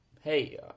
hey